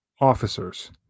officers